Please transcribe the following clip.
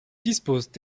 disposent